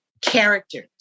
characters